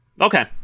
Okay